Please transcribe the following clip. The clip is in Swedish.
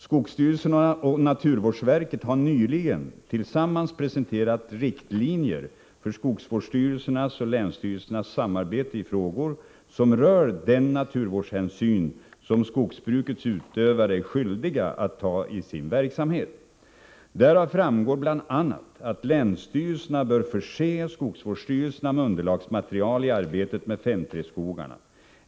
Skogsstyrelsen och naturvårdsverket har nyligen tillsammans presenterat riktlinjer för skogsvårdsstyrelsernas och länsstyrelsernas samarbete i frågor som rör den naturvårdshänsyn som skogsbrukets utövare är skyldiga att ta i sin verksamhet. Därav framgår bl.a. att länsstyrelserna bör förse skogsvårdsstyrelserna med underlagsmaterial i arbetet med 5:3-skogarna.